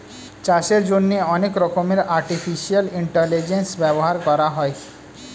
চাষের জন্যে অনেক রকমের আর্টিফিশিয়াল ইন্টেলিজেন্স ব্যবহার করা হয়